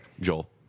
Joel